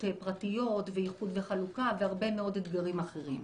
פרטיות ואיחוד וחלוקה והרבה מאוד אתגרים אחרים.